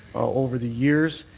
over the years.